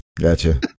Gotcha